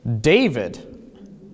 David